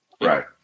Right